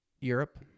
Europe